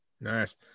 Nice